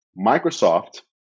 Microsoft